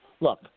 look